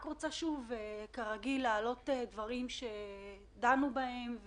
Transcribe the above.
אני רוצה, כרגיל, להעלות דברים שדנו בהם,